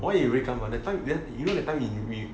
why you wake up ah that time that time you know that time we